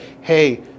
hey